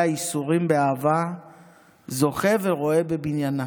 ייסורים באהבה זוכה ורואה בבניינה".